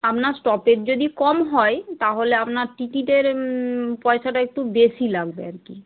আপনার স্টপেজ যদি কম হয় তাহলে আপনার টিকিটের পয়সাটা একটু বেশি লাগবে আর কি